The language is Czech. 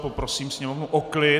Poprosím sněmovnu o klid.